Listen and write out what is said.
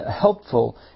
helpful